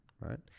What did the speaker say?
right